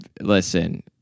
listen